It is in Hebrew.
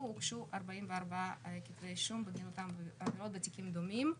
הוגשו 44 כתבי אישום בגין אותן עבירות בתיקים דומים.